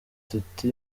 tuti